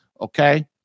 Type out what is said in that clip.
Okay